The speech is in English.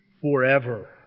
forever